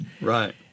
Right